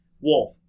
Wolf